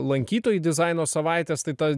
lankytojai dizaino savaitės tai ta